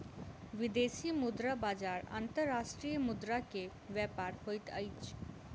विदेशी मुद्रा बजार अंतर्राष्ट्रीय मुद्रा के व्यापार होइत अछि